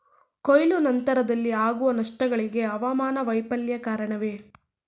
ಕೊಯ್ಲು ನಂತರದಲ್ಲಿ ಆಗುವ ನಷ್ಟಗಳಿಗೆ ಹವಾಮಾನ ವೈಫಲ್ಯ ಕಾರಣವೇ?